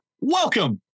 welcome